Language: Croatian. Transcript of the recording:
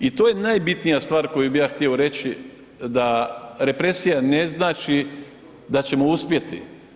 I to je najbitnija stvar koju bi ja htio reći da represija ne znači da ćemo uspjeti.